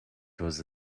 was